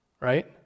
Right